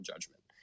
judgment